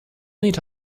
meet